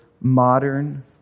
modern